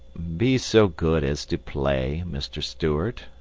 be so good as to play, mr. stuart,